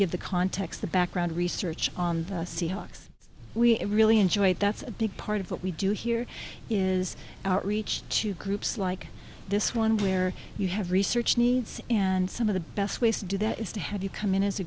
give the context the background research on the seahawks we really enjoy that's a big part of what we do here is outreach to groups like this one where you have research needs and some of the best ways to do that is to have you come in as a